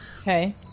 Okay